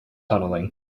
tunneling